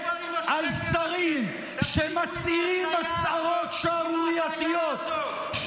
על שרים שמצהירים הצהרות שערורייתיות,